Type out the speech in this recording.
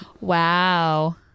Wow